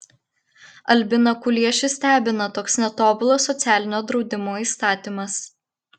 albiną kuliešį stebina toks netobulas socialinio draudimo įstatymas